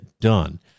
done